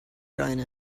join